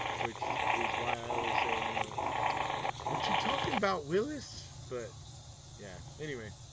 which is why i always say, you know what you talking about willis, but yeah anyway,